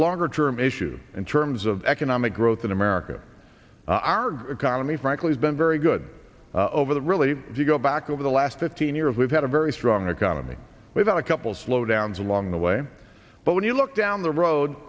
longer term issue in terms of economic growth in america our economy frankly has been very good over that really if you go back over the last fifteen years we've had a very strong economy without a couple slowdowns along the way but when you look down the road